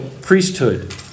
priesthood